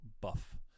buff